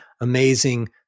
amazing